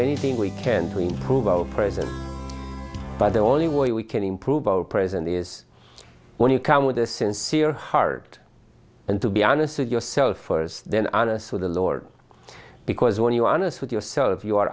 anything we can to improve our present by the only way we can improve our present is when you come with a sincere heart and to be honest with yourself first then honest with the lord because when you are honest with yourself you are